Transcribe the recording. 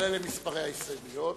אבל אלה מספרי ההסתייגויות.